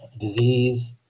disease